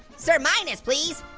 surminus, please.